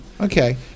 Okay